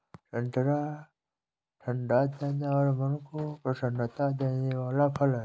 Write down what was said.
संतरा ठंडा तन और मन को प्रसन्नता देने वाला फल है